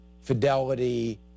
Fidelity